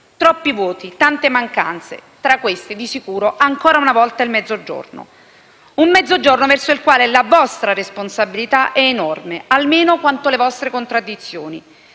troppi vuoti, tante mancanze e tra queste di sicuro ancora una volta il Mezzogiorno; un Mezzogiorno verso il quale la vostra responsabilità è enorme (almeno quanto le vostre contraddizioni)